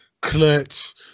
Clutch